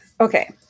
Okay